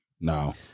No